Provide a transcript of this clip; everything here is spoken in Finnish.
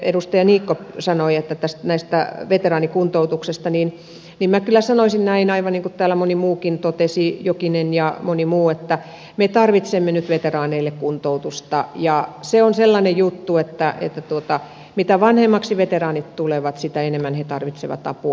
edustaja niikko sanoi tästä veteraanikuntoutuksesta ja minä kyllä sanoisin näin aivan niin kuin täällä moni muukin totesi jokinen ja moni muu että me tarvitsemme nyt veteraaneille kuntoutusta ja se on sellainen juttu että mitä vanhemmaksi veteraanit tulevat sitä enemmän he tarvitsevat apua